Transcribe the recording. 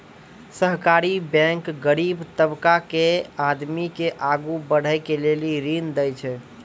सहकारी बैंक गरीब तबका के आदमी के आगू बढ़ै के लेली ऋण देय छै